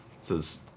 says